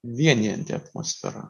vienijanti atmosfera